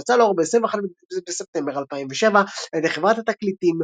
שיצאה לאור ב-21 בספטמבר 2007 על ידי חברת התקליטים